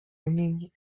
ringing